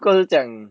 或者讲